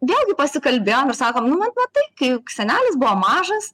vėlgi pasikalbėjom ir sakom nu vat matai kai senelis buvo mažas